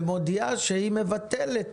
ומודיעה שהיא מבטלת